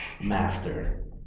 Master